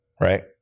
right